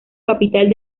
capital